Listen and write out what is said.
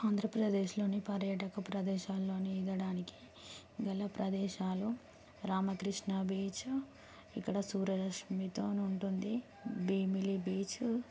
ఆంధ్రప్రదేశ్ లోని పర్యాటక ప్రదేశాల్లోనికి ఈదటానికి గల ప్రదేశాలు రామకృష్ణా బీచ్ ఇక్కడ సూర్య రష్మితో ఉంటుంది భీమిలీ బీచ్